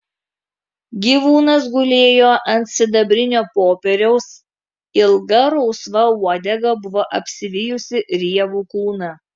gyvūnas gulėjo ant sidabrinio popieriaus ilga rausva uodega buvo apsivijusi riebų kūną